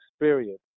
experience